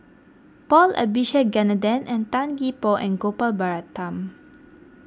Paul Abisheganaden Tan Gee Paw and Gopal Baratham